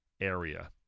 area